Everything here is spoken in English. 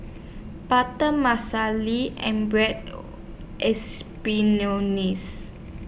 Butter and Bread